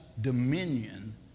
dominion